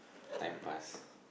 time pass